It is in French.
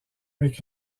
avec